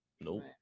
nope